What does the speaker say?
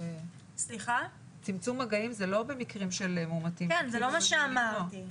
כן, זה לא מה שאמרתי.